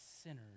sinners